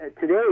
today